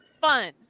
fun